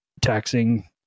taxing